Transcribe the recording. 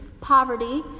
poverty